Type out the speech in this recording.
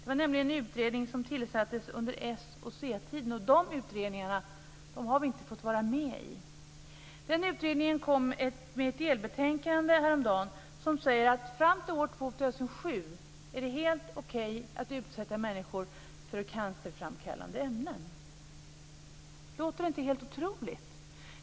Det är nämligen en utredning som tillsattes under s och c-tiden, och de utredningarna har Miljöpartiet inte fått vara med i. Den här utredningen kom med ett delbetänkande häromdagen, där man säger att fram till år 2007 är det helt okej att utsätta människor för cancerframkallande ämnen. Låter det inte helt otroligt?